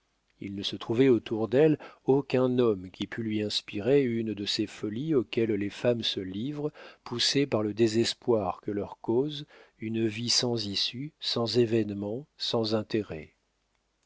il ne se trouvait autour d'elle aucun homme qui pût lui inspirer une de ces folies auxquelles les femmes se livrent poussées par le désespoir que leur cause une vie sans issue sans événement sans intérêt